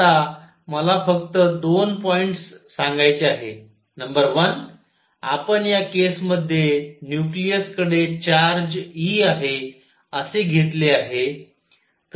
आता मला फक्त 2 पॉईंट्स सांगायचे आहेत नंबर 1 आपण या केस मध्ये न्यूक्लिअस कडे चार्ज e आहे असे घेतले आहे